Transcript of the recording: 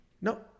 No